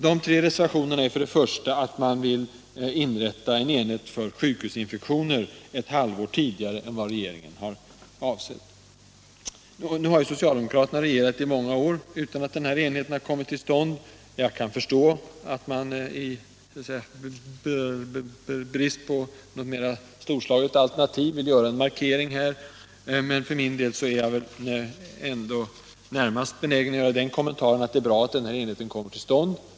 Av de tre reservationerna gäller den första att man vill inrätta en enhet för sjukhusinfektioner ett halvår tidigare än vad regeringen har avsett. Nu har socialdemokraterna regerat i många år utan att denna enhet kommit till stånd. Jag kan förstå att man, i brist på ett mera storslaget alternativ, vill göra en markering här. Jag vill närmast göra den kommentaren, att det är bra att enheten nu kommer till stånd.